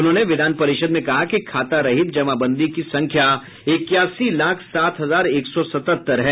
उन्होंने विधान परिषद में कहा कि खाता रहित जमाबंदी की संख्या इक्यासी लाख सात हजार एक सौ सतहत्तर है